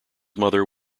mother